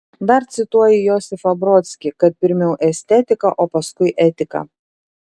dar cituoji josifą brodskį kad pirmiau estetika o paskui etika